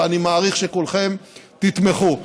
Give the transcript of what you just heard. ואני מעריך שכולכם תתמכו.